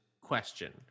question